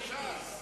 בדרך כזאת או אחרת.